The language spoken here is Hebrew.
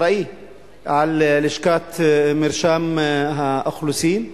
כאחראי ללשכת מרשם האוכלוסין,